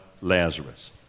Lazarus